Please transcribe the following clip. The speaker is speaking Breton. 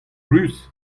ruz